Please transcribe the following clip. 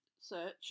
search